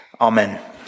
Amen